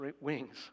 wings